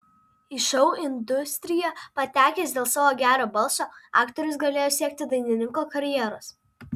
į šou industriją patekęs dėl savo gero balso aktorius galėjo siekti dainininko karjeros